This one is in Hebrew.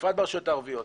בפרט ברשויות הערביות?